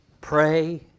pray